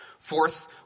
Fourth